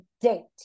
date